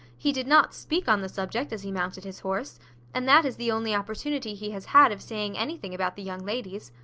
he did not speak on the subject as he mounted his horse and that is the only opportunity he has had of saying anything about the young ladies.